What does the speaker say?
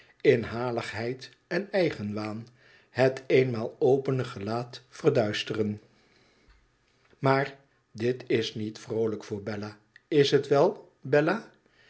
inhaligheid en eigenwaan het eenmaal opene gelaat verduisteren maar dit is niet vroolijk voor bella is het wel bella